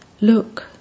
Look